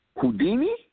Houdini